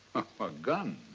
a gun.